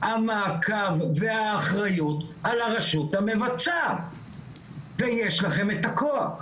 המעקב והאחריות על הרשות המבצעת ויש לכם את הכוח,